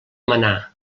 manar